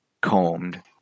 combed